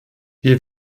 wir